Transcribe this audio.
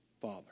father